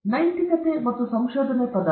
ಆದ್ದರಿಂದ ನೈತಿಕತೆ ಮತ್ತು ಸಂಶೋಧನೆ ಪದ